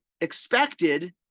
expected